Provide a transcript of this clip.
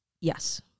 Yes